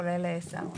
כולל סהרונים.